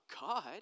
God